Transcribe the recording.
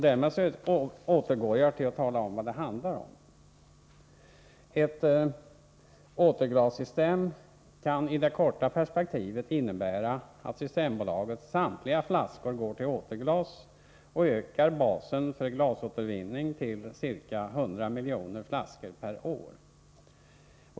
Därmed återgår jag till att tala om vad det handlar om. Ett återglassystem kan i det korta perspektivet innebära att Systembolagets samtliga flaskor går till återglas och ökar basen för glasåtervinning till ca 100 miljoner flaskor per år.